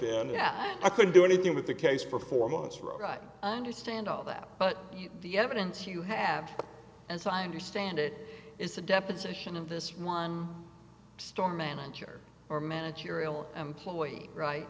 and yeah i couldn't do anything with the case for four months right understand all that but the evidence you have as i understand it is a deposition of this one store manager or managerial employee right